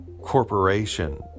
corporation